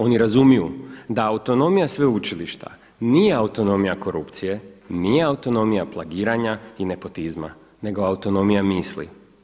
Oni razumiju da autonomija sveučilišta nije autonomija korupcije, nije autonomija plagiranja i nepotizma, nego autonomija misli.